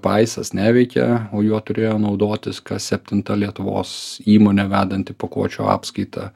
paisas neveikia o juo turėjo naudotis kas septinta lietuvos įmonė vedanti pakuočių apskaitą